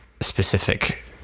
specific